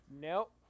nope